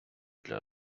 для